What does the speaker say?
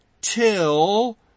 till